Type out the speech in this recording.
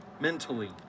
mentally